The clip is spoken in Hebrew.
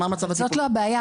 זאת לא הבעיה.